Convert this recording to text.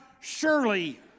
surely